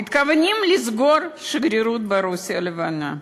מתכוונים לסגור את השגרירות ברוסיה הלבנה.